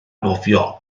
nofio